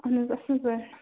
اَہَن حظ اَصٕل پٲٹھۍ